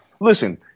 listen